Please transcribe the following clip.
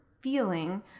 feeling